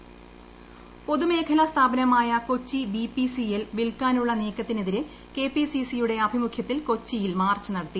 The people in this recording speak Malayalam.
Kochi B P C L പൊതുമേഖലാ സ്ഥാപനമായ Kochi B P C L വിൽക്കാനുള്ള നീക്കത്തിനെതിരെ കെ പി സി സി യുടെ ആഭിമുഖ്യത്തിൽ കൊച്ചിയിൽ മാർച്ച് നടത്തി